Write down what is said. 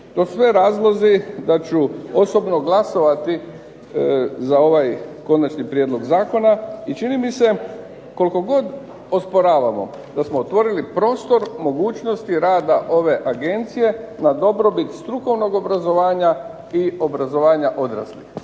su sve razlozi da ću osobno glasovati za ovaj konačni prijedlog zakona. I čini mi se, koliko god osporavamo, da smo otvorili prostor mogućnosti rada ove agencije na dobrobit strukovnog obrazovanja i obrazovanja odraslih.